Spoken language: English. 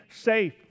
safe